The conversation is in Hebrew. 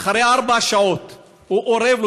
אחרי ארבע שעות הוא אורב לו,